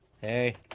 Hey